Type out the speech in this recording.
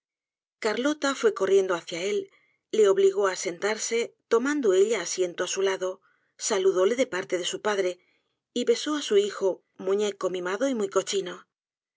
carlota fue corriendo hacia él le obligó á sentarse tomando ella asiento á su lado saludóle de parte de su padre y besó á su hijo muñeco mimado y muy cochino